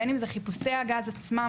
בין אם זה חיפושי הגז עצמם,